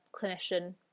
clinician